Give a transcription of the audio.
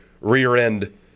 rear-end